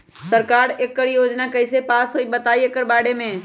सरकार एकड़ योजना कईसे पास होई बताई एकर बारे मे?